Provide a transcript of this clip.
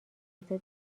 اجازه